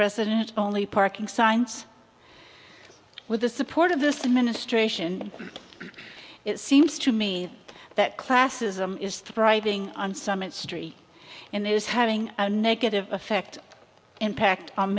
resident only parking signs with the support of this administration it seems to me that classism is thriving on some its tree in there is having a negative effect impact on